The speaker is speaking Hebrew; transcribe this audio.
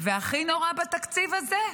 והכי נורא בתקציב הזה,